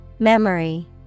Memory